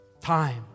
Time